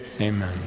Amen